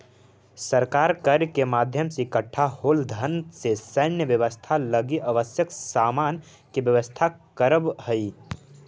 सरकार कर के माध्यम से इकट्ठा होल धन से सैन्य व्यवस्था लगी आवश्यक सामान के व्यवस्था करऽ हई